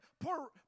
poor